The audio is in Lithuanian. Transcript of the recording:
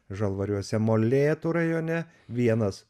žalvariuose molėtų rajone vienas